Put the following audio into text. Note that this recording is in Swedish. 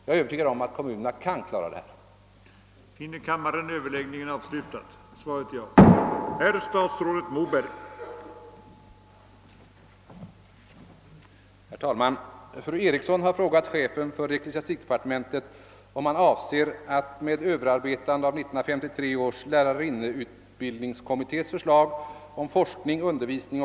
Jag är övertygad om att kommunerna själva kan klara denna fråga.